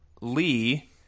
Lee